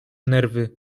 nerwy